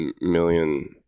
million